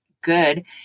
good